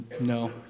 no